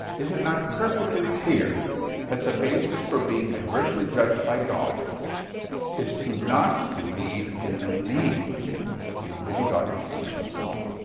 is it not perfectly clear that the basis for being adversely judged by god is to not believe in the name of the only-begotten son of god?